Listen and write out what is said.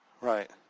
Right